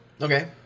Okay